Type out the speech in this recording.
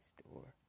Store